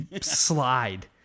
slide